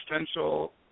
existential